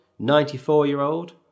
94-year-old